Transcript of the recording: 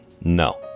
No